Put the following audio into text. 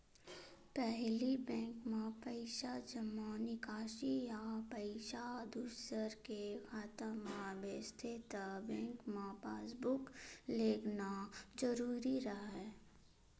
पहिली बेंक म पइसा जमा, निकासी या पइसा दूसर के खाता म भेजथे त बेंक म पासबूक लेगना जरूरी राहय